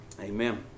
Amen